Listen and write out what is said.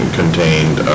contained